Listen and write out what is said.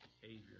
behavior